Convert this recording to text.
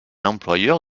employeur